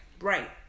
right